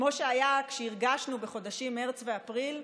כמו שהיה ושהרגשנו בחודשים מרץ ואפריל?